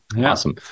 Awesome